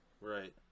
Right